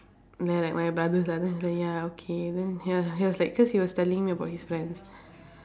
they're like my brothers like that then he say ya okay then ya lah ya cause he was telling me about his friends